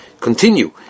continue